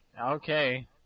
okay